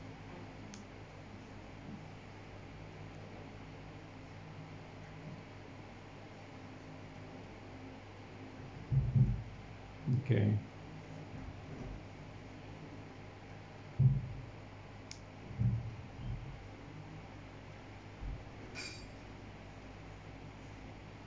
okay